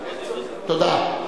תודה.